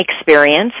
experience